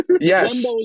Yes